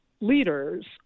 leaders